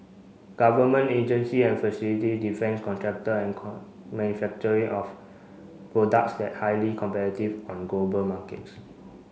government agency and facility defence contractor and manufacturing of products that highly competitive on global markets